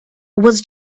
was